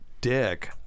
dick